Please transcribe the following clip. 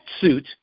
suit